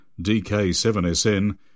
DK7SN